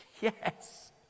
yes